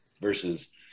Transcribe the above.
versus